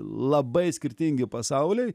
labai skirtingi pasauliai